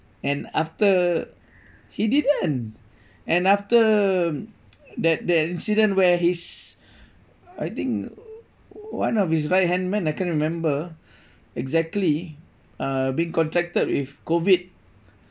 and after he didn't and after that that incident where his I think one of his right hand men I can't remember exactly uh being contracted with COVID